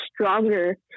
stronger